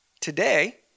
today